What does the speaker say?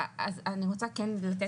אני רוצה כן לתת,